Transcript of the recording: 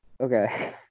okay